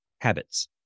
habits